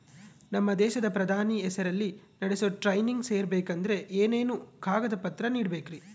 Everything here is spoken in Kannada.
ನಮ್ಮ ದೇಶದ ಪ್ರಧಾನಿ ಹೆಸರಲ್ಲಿ ನಡೆಸೋ ಟ್ರೈನಿಂಗ್ ಸೇರಬೇಕಂದರೆ ಏನೇನು ಕಾಗದ ಪತ್ರ ನೇಡಬೇಕ್ರಿ?